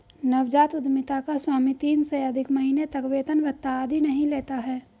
नवजात उधमिता का स्वामी तीन से अधिक महीने तक वेतन भत्ता आदि नहीं लेता है